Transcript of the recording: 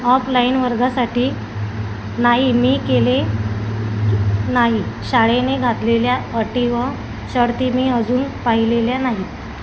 offline वर्गासाठी नाही मी केले नाही शाळेने घातलेल्या अटी व शर्ती मी अजून पाहिलेल्या नाही